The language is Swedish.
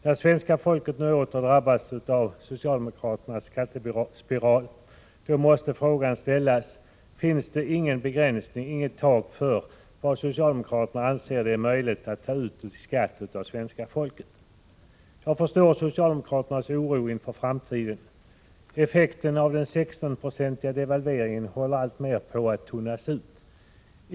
När svenska folket nu åter har drabbats av socialdemokraternas skattespiral, måste frågan ställas: Finns det ingen begränsning — inget tak — för vad socialdemokraterna anser vara möjligt att ta ut i skatt av svenska folket? Jag förstår socialdemokraternas oro inför framtiden. Effekten av den 16-procentiga devalveringen håller alltmer på att tunnas ut.